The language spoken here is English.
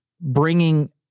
bringing